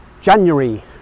January